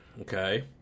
Okay